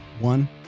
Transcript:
one